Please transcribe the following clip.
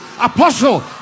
apostle